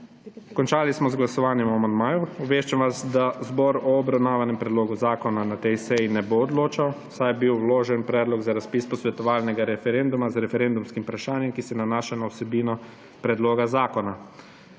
Končali smo z glasovanjem o amandmaju. Obveščam vas, da zbor o obravnavanem predlogu zakona na tej seji ne bo odločal, saj je bil vložen predlog za razpis posvetovalnega referenduma z referendumskim vprašanjem, ki se nanaša na vsebino predloga zakona.